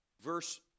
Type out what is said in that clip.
Verse